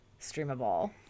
streamable